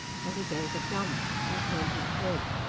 and he gave a jump and turned his head.